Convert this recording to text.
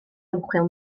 ymchwil